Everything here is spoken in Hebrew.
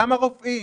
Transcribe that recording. כמה רופאים,